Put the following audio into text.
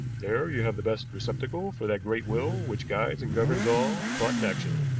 there you have the best receptacle for that great will which guides and governs all thought and action.